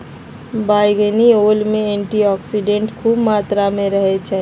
बइगनी ओल में एंटीऑक्सीडेंट्स ख़ुब मत्रा में रहै छइ